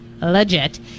legit